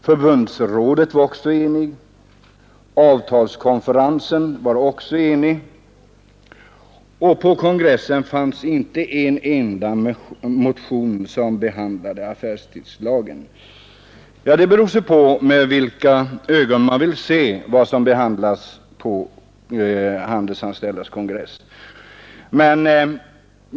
Förbundsrådet var också enigt, avtalskonferensen var enig, och på kongressen fanns inte en enda motion som rörde affärstidslagen. Ja, det beror på med vilka ögon man vill se vad som behandlades på Handelsanställdas kongress.